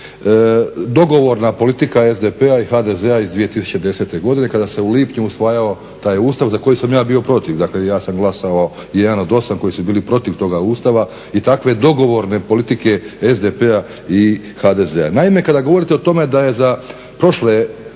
dogovorna politika SDP-a i HDZ-a iz 2010. godine kada se u lipnju usvajao taj Ustav za koji sam ja bio protiv, dakle ja sam glasao, jedan od 8 koji su bili protiv toga Ustava i takve dogovorne politike SDP-a i HDZ-a. Naime, kada govorite o tome da je za prošle